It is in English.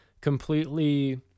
Completely